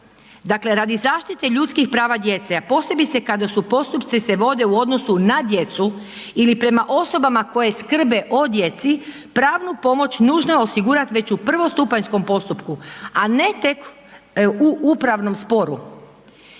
Dakle, radi zaštite ljudskih prava djece, a posebice kada su u postupci se vode u odnosu na djecu ili prema osobama koje skrbe o djeci, pravnu pomoć nužno je osigurati već u prvostupanjskom postupku, a ne tek u upravnom sporu.